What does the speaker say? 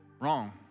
wrong